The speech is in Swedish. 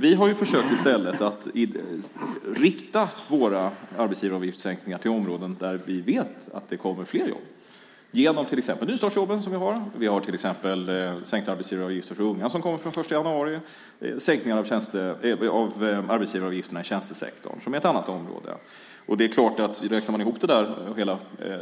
Vi har i stället försökt rikta våra sänkningar av arbetsgivaravgifter till områden där vi vet att det kommer fler jobb genom till exempel nystartsjobben. Vi har sänkt arbetsgivaravgifterna för unga från den 1 januari. Ett annat område där vi sänkt arbetsgivaravgifterna är tjänstesektorn. Om man räknar ihop hela